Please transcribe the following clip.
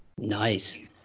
nice